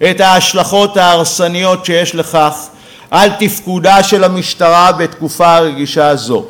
את ההשלכות ההרסניות שיש לכך על תפקודה של המשטרה בתקופה רגישה זו.